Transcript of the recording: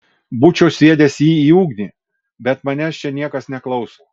būčiau sviedęs jį į ugnį bet manęs čia niekas neklauso